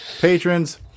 patrons